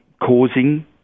causing